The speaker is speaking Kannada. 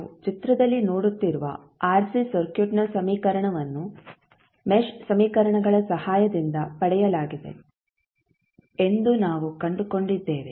ನಾವು ಚಿತ್ರದಲ್ಲಿ ನೋಡುತ್ತಿರುವ ಆರ್ಸಿ ಸರ್ಕ್ಯೂಟ್ನ ಸಮೀಕರಣವನ್ನು ಮೆಶ್ ಸಮೀಕರಣಗಳ ಸಹಾಯದಿಂದ ಪಡೆಯಲಾಗಿದೆ ಎಂದು ನಾವು ಕಂಡುಕೊಂಡಿದ್ದೇವೆ